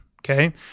okay